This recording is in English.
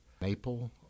maple